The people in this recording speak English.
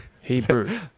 Hebrew